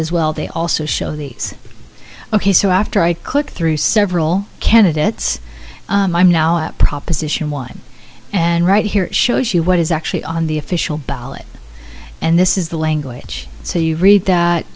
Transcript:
as well they also show these ok so after i click through several candidates i'm now at proposition one and right here shows you what is actually on the official ballot and this is the language so you read that